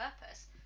purpose